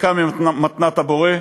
חלקם הם מתנת הבורא.